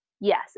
Yes